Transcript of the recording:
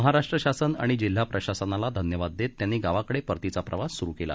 महाराष्ट्र शासन व जिल्हा प्रशासनाला धन्यवाद देत त्यांनी गावाकडे परतीचा प्रवास सुरु केला